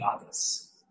others